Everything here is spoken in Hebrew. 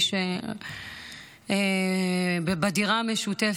או מי שחי בדירה משותפת,